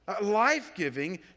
life-giving